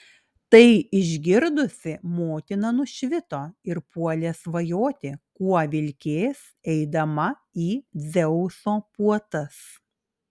tai išgirdusi motina nušvito ir puolė svajoti kuo vilkės eidama į dzeuso puotas